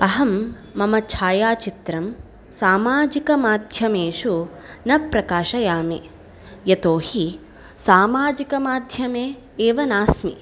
अहं मम छायाचित्रं सामाजिकमाध्यमेषु न प्रकाशयामि यतो हि सामाजिकमाध्यमे एव नास्मि